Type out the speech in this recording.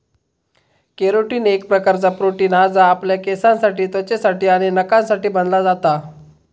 carotene एक प्रकारचा protein हा जा आपल्या केसांसाठी त्वचेसाठी आणि नखांसाठी बनला जाता